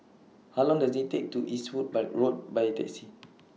How Long Does IT Take to get to Eastwood By Road By Taxi